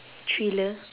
thriller